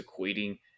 equating